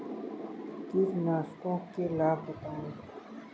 कीटनाशकों के लाभ बताएँ?